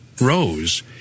Rose